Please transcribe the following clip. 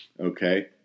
okay